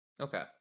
Okay